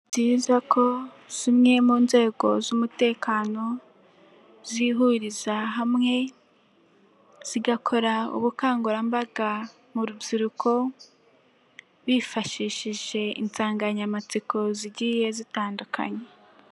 Ni byiza ko zimwe mu nzego z'umutekano zihuriza hamwe zigakora ubukangurambaga mu rubyiruko bifashishije insanganyamatsiko zigiye zitandukanye.